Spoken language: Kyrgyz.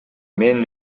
мен